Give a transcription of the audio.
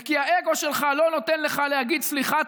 וכי האגו שלך לא נותן לך להגיד: סליחה,